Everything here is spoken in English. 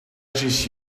just